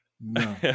No